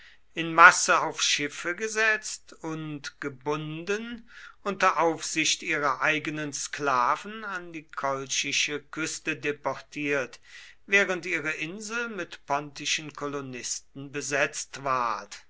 in masse auf schiffe gesetzt und gebunden unter aufsicht ihrer eigenen sklaven an die kolchische küste deportiert während ihre insel mit pontischen kolonisten besetzt ward